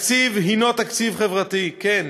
התקציב הנו תקציב חברתי, כן.